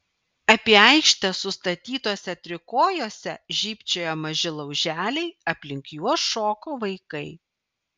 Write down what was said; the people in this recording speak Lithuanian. apie aikštę sustatytuose trikojuose žybčiojo maži lauželiai aplink juos šoko vaikai